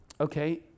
Okay